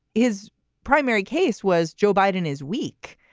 his primary case was joe biden is weak.